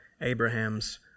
Abraham's